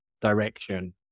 direction